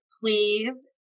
please